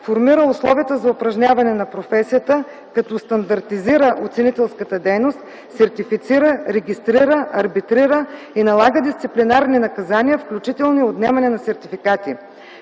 формира условията за упражняване на професията като стандартизира оценителската дейност, сертифицира, регистрира, арбитрира и налага дисциплинарни наказания, включително и отнемане на сертификати.